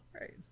Right